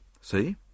See